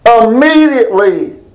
immediately